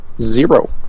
Zero